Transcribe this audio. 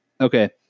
Okay